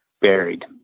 buried